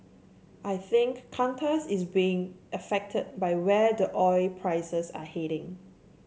I think Qantas is being affected by where the oil prices are headed